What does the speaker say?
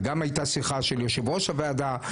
וגם הייתה שיחה של יושב ראש הוועדה.